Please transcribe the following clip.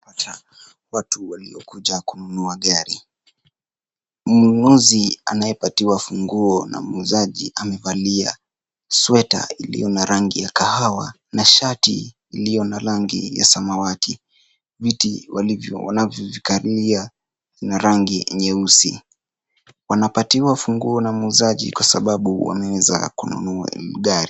Watu waliokuja kununua gari. Mnunuzi anayepatiwa funguo na muuzaji amevalia sweta iliyo na rangi ya kahawa na shati iliyo na rangi ya samawati. Viti wanavyokalia vina rangi nyeusi. Wanapatiwa funguo na muuzaji kwa sababu wameweza kununua hili gari.